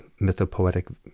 mythopoetic